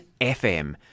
FM